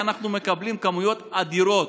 אנחנו מקבלים כמויות אדירות